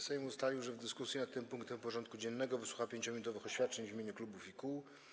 Sejm ustalił, że w dyskusji nad tym punktem porządku dziennego wysłucha 5-minutowych oświadczeń w imieniu klubów i kół.